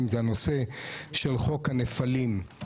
אם זה הנושא של חוק הנפלים,